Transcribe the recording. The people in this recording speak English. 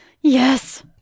Yes